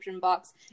box